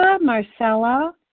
Marcella